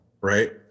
right